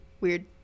weird